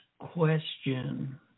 question